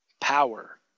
power